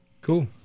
cool